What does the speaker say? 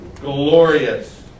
glorious